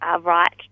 right